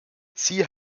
sie